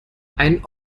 einen